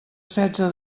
setze